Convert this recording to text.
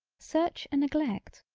search a neglect.